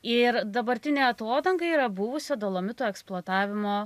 ir dabartinė atodanga yra buvusio dolomito eksploatavimo